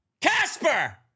Casper